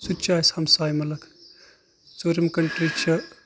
سُہ تہِ چھِ اَسہِ ہَمساے مُلک ژوٗرِم کَنٹرٛی چھِ